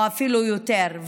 או אפילו יותר,